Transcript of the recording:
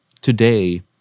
today